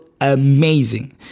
amazing